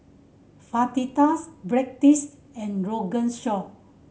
Fajitas Breadsticks and Rogan Josh